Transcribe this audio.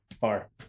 far